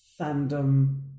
fandom